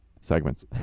segments